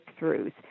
breakthroughs